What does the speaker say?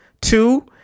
two